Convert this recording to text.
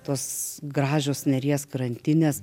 tos gražios neries krantinės